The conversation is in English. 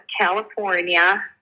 California